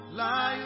light